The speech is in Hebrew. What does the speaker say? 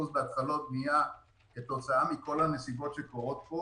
בהתחלות בנייה כתוצאה מכל הנסיבות שקורות פה.